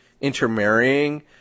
intermarrying